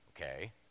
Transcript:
okay